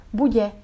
bude